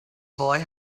boy